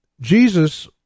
Jesus